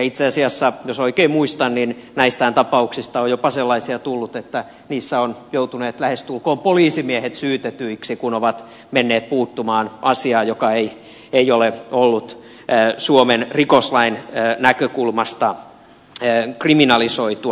itse asiassa jos oikein muistan näistä tapauksista on jopa sellaisia tullut että niissä ovat joutuneet lähestulkoon poliisimiehet syytetyiksi kun ovat menneet puuttumaan asiaan joka ei ole ollut suomen rikoslain näkökulmasta kriminalisoitua